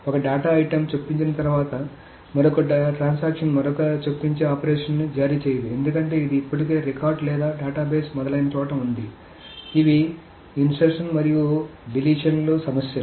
ఒక data item చొప్పించిన తర్వాత మరొక ట్రాన్సాక్షన్ మరొక చొప్పించే ఆపరేషన్ను జారీ చేయదు ఎందుకంటే ఇది ఇప్పటికే రికార్డ్ లేదా డేటాబేస్ మొదలైన చోట ఉంది ఇవి చొప్పించడం మరియు తొలగింపులో సమస్యలు